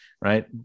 right